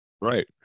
Right